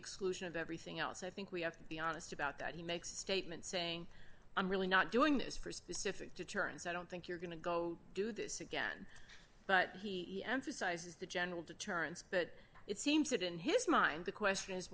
exclusion of everything else i think we have to be honest about that he makes statements saying i'm really not doing this for specific deterrence i don't think you're going to go do this again but he emphasizes the general deterrence but it seems that in his mind the question is